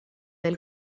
del